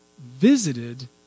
visited